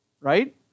Right